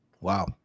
Wow